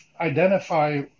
identify